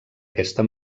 aquesta